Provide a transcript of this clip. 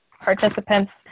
participants